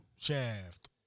shaft